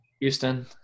Houston